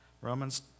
Romans